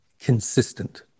consistent